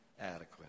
adequate